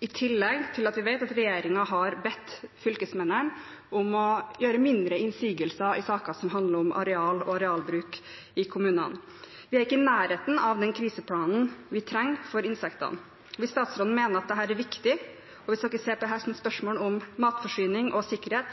I tillegg vet vi at regjeringen har bedt fylkesmennene om å gjøre mindre innsigelser i saker som handler om areal og arealbruk i kommunene. Vi er ikke i nærheten av den kriseplanen vi trenger for insektene. Hvis statsråden mener at dette er viktig, og hvis dere ser på dette som spørsmål om matforsyning og sikkerhet,